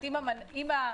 אם המנה